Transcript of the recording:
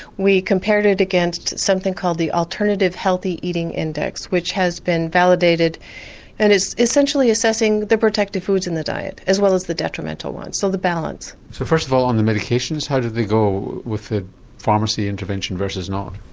we compared it against something called the alternative healthy eating index which has been validated and is essentially assessing the protective foods in the diet as well as the detrimental ones so the balance. so first of all on the medications, how did they go with the pharmacy intervention intervention versus not?